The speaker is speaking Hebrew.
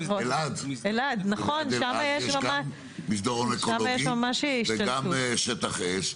אלעד, שם יש גם מסדרון אקולוגי וגם שטח אש.